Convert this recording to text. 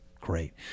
great